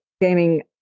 gaming